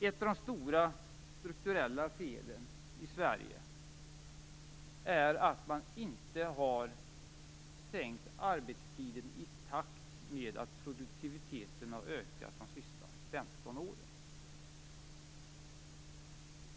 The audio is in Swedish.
Ett av de stora strukturella felen i Sverige är att man inte har sänkt arbetstiden i takt med att produktiviteten har ökat de senaste 15 åren.